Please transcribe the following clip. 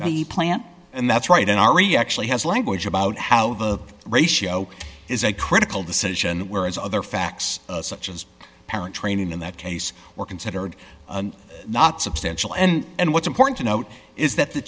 the plant and that's right and are you actually has language about how the ratio is a critical decision whereas other facts such as parent training in that case were considered not substantial and what's important to note is that the